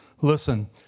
Listen